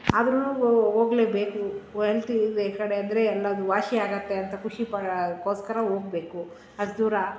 ಆದ್ರೂ ಹೋಗ್ಲೇಬೇಕು ಹೆಲ್ತ್ ಕಡೆ ಅಂದರೆ ಎಲ್ಲದು ವಾಸಿಯಾಗತ್ತೆ ಅಂತ ಖುಷಿಪಡೋಕ್ಕೋಸ್ಕರ ಹೋಗ್ಬೇಕು ಅಷ್ಟು ದೂರ